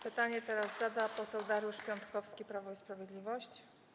Pytanie teraz zada poseł Dariusz Piontkowski, Prawo i Sprawiedliwość.